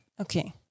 Okay